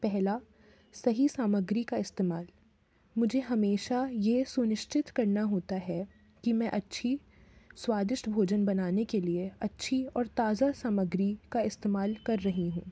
पहला सही सामग्री का इस्तेमाल मुझे हमेशा ये सुनिश्चित करना होता है कि मैं अच्छी स्वादिष्ट भोजन बनाने के लिए अच्छी और ताजा सामग्री का इस्तमाल कर रही हूँ